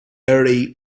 array